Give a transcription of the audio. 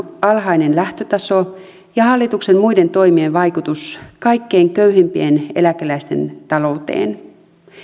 alhainen lähtötaso ja hallituksen muiden toimien vaikutus kaikkein köyhimpien eläkeläisten talouteen